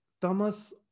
tamas